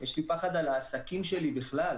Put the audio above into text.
יש לי פחד על העסקים שלי בכלל,